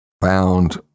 found